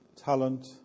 talent